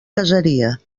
casaria